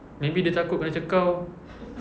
maybe dia takut kena cekau